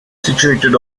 situated